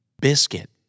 Biscuit